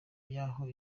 y’aho